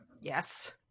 Yes